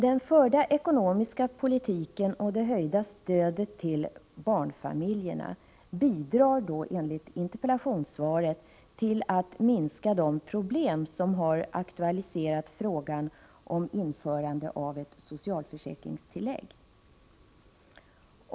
Den förda ekonomiska politiken och det höjda stödet till barnfamiljerna bidrar enligt interpellationssvaret till att minska de problem som har aktualiserat frågan om införande av ett socialförsäkringstillägg.